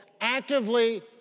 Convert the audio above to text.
actively